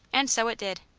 and so it did.